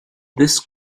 this